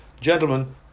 Gentlemen